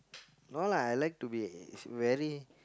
no lah I like to be very